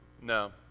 No